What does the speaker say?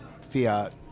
Fiat